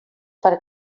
per